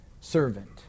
servant